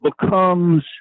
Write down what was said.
becomes